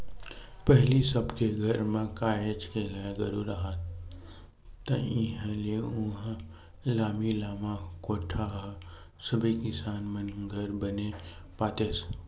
पहिली सब के घर म काहेच के गाय गरु राहय ता इहाँ ले उहाँ लामी लामा कोठा ह सबे किसान मन घर बने पातेस